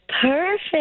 perfect